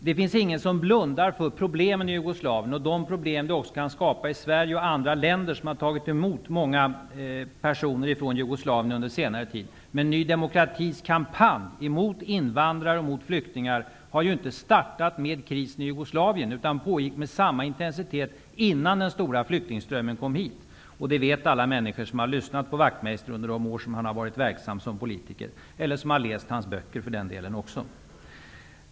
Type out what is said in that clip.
Det finns ingen som blundar för problemen i Jugoslavien, inte heller för de problem som kan skapas i Sverige och i många andra länder som har tagit emot ett stort antal personer från Jugoslavien under senare tid, men Ny demokratis kampanj mot invandrare och emot flyktingar har ju inte startat med krisen i Jugoslavien utan pågick med samma intensitet innan den stora flyktingströmmen kom hit. Alla människor som har lyssnat till Wachtmeister under de år som han har varit verksam som politiker liksom för den delen även de som har läst hans böcker vet detta.